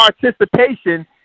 participation